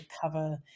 cover